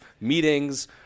meetings